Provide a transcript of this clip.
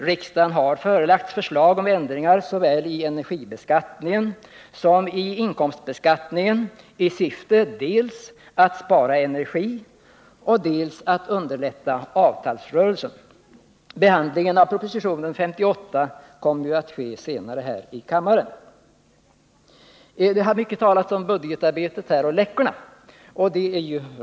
Riksdagen har förelagts förslag om ändringar såväl i energibeskattningen som i inkomstbeskattningen i syfte dels att spara energi, dels att underlätta avtalsrörelsen. Propositionen 58 kommer ju senare att behandlas här i kammaren. Det har talats mycket här om budgetarbetet och vad som läckt ut om det.